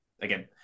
again